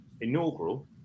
inaugural